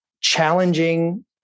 challenging